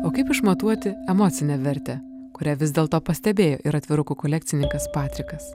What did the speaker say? o kaip išmatuoti emocinę vertę kurią vis dėlto pastebėjo ir atvirukų kolekcininkas patrikas